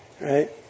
Right